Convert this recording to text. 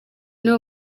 nibo